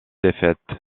défaite